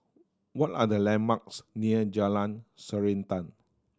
what are the landmarks near Jalan Srantan